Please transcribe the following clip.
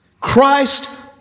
Christ